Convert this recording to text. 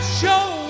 show